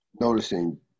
Noticing